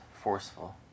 forceful